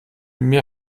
mir